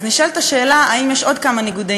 אז נשאלת השאלה אם יש עוד כמה ניגודי